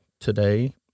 today